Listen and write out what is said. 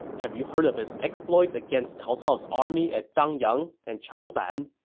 have you heard of his exploits against cao cao's army at dangyang and changban?